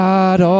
God